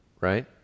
right